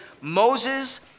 Moses